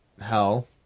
hell